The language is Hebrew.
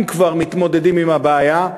אם כבר מתמודדים עם הבעיה,